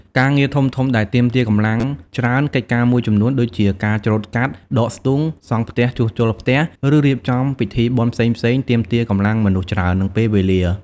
ការងារធំៗដែលទាមទារកម្លាំងច្រើន កិច្ចការមួយចំនួនដូចជា ការច្រូតកាត់ ដកស្ទូង សង់ផ្ទះជួសជុលផ្ទះ ឬរៀបចំពិធីបុណ្យផ្សេងៗ ទាមទារកម្លាំងមនុស្សច្រើន និងពេលវេលា។